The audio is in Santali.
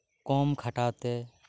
ᱠᱚᱢ ᱠᱷᱟᱴᱟᱣ ᱛᱮ